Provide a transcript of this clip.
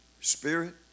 Spirit